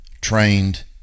trained